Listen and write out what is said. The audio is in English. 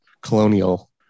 colonial